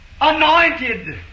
anointed